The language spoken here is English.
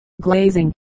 glazing